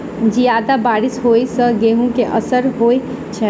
जियादा बारिश होइ सऽ गेंहूँ केँ असर होइ छै?